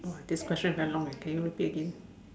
orh this question very long can you repeat again